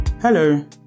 Hello